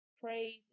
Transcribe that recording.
praise